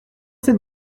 cette